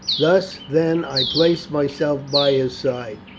thus then i placed myself by his side,